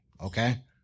Okay